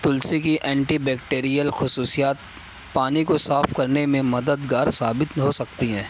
تلسی کی antibacterial خصوصیات پانی کو صاف کرنے میں مددگار ثابت ہو سکتی ہیں